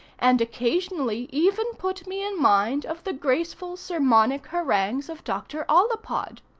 and occasionally even put me in mind of the graceful sermonic harangues of dr. ollapod.